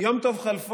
יום טוב חלפון,